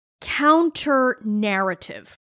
counter-narrative